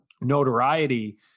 notoriety